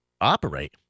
operate